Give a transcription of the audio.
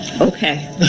Okay